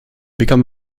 become